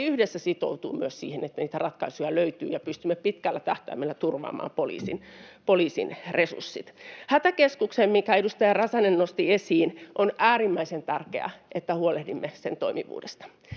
yhdessä sitoutuu siihen, että niitä ratkaisuja löytyy ja pystymme pitkällä tähtäimellä turvaamaan poliisin resurssit. Hätäkeskuksesta, minkä edustaja Räsänen nosti esiin: On äärimmäisen tärkeää, että huolehdimme sen toimivuudesta,